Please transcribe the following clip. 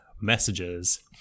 messages